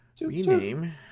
rename